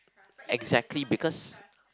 exactly because